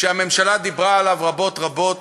שהממשלה דיברה עליו רבות רבות,